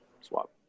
swap